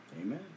Amen